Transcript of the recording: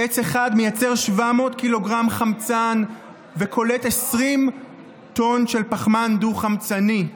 עץ אחד מייצר 700 ק"ג חמצן וקולט 20 טון של פחמן דו-חמצני.